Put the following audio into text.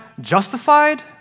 justified